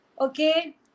okay